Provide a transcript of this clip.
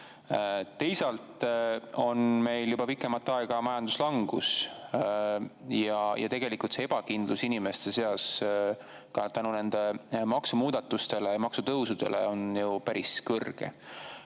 Teisalt on meil juba pikemat aega majanduslangus ja tegelikult on ebakindlus inimeste seas nende maksumuudatuste, maksutõusude tõttu päris